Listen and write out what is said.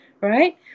right